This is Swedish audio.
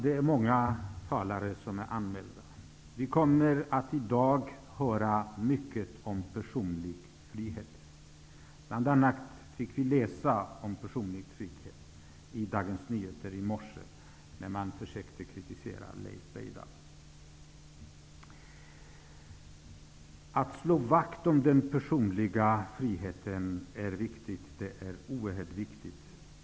Det är många talare anmälda. Vi kommer i dag att få höra mycket om personlig frihet. Bl.a. fick vi läsa om personlig frihet i Dagens Nyheter i morse, där man försökte kritisera Leif Att slå vakt om den personliga friheten är oerhört viktigt.